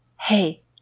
Hey